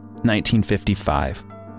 1955